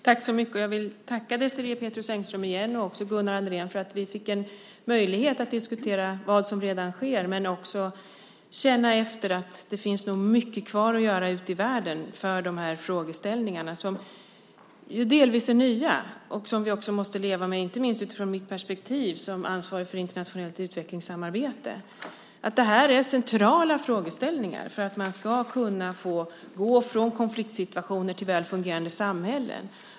Fru talman! Jag vill tacka Désirée Pethrus Engström och även Gunnar Andrén för att vi fick en möjlighet att diskutera vad som redan sker men också känna efter att det nog finns mycket kvar att göra ute i världen för de här frågeställningarna, som ju delvis är nya och som vi också måste leva med, inte minst utifrån mitt perspektiv som ansvarig för internationellt utvecklingssamarbete. Det här är centrala frågeställningar för att man ska kunna få gå från konfliktsituationer till väl fungerande samhällen.